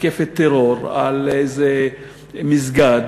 מתקפת טרור, על איזה מסגד,